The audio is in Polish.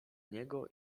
niego